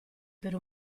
per